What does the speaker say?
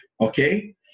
Okay